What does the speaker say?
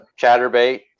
chatterbait